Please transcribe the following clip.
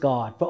God